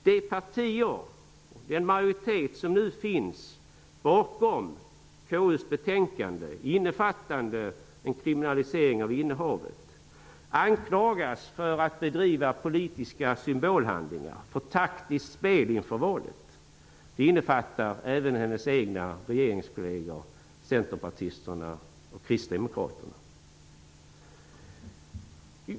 De partier och den majoritet som nu finns bakom KU:s betänkande innefattande en kriminalisering av innehavet anklagas för att utföra politiska symbolhandlingar och bedriva taktiskt spel inför valet. Det innefattar även justitieministerns egna regeringskolleger centerpartisterna och kristdemokraterna.